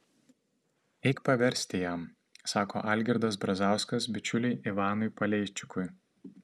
eik paversti jam sako algirdas brazauskas bičiuliui ivanui paleičikui